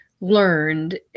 learned